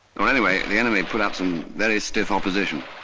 well, anyway, the enemy put out some very stiff opposition.